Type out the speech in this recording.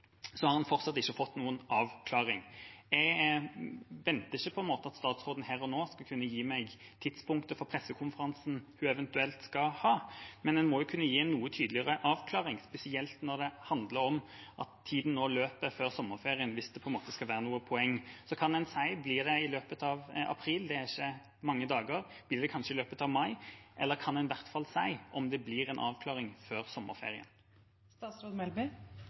har man fortsatt ikke fått noen avklaring. Jeg venter ikke at statsråden her og nå skal kunne gi meg tidspunktet for pressekonferansen de eventuelt skal ha, men man må kunne gi en noe tydeligere avklaring hvis det på en måte skal være noe poeng, spesielt når det handler om at tiden løper før sommerferien. Kan man si at det blir i løpet av april? Det er ikke mange dager. Blir det kanskje i løpet av mai? Eller kan man i hvert fall si om det blir en avklaring før